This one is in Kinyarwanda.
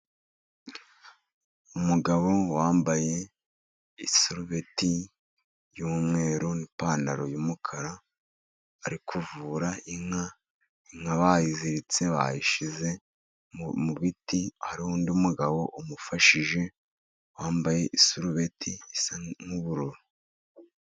Umugabo wambaye isarubeti y'umweru n'ipantaro y'umukara, ari kuvura inka. Inka bayiziritse bayishyize mu biti, hariho undi mugabo umufashije wambaye isarubeti isa n'ubururu.